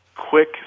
quick